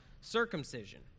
circumcision